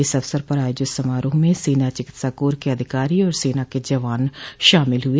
इस अवसर पर आयोजित समारोह में सेना चिकित्सा कोर के अधिकारी और सेना के जवान शामिल हुए